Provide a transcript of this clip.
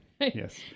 Yes